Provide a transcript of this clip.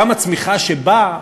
גם הצמיחה שבאה,